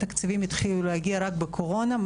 התקציבים התחילו להגיע רק בקורונה.